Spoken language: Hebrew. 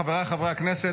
חבריי חברי הכנסת,